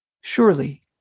Surely